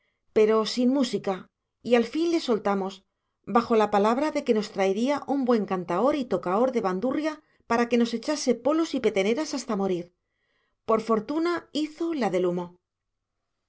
pero sin música y al fin le soltamos bajo palabra de que nos traería un buen cantaor y tocador de bandurria para que nos echase polos y peteneras hasta morir por fortuna hizo la del humo